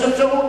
אתה לא יכול.